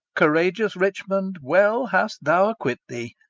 courageous richmond, well hast thou acquit thee!